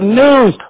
news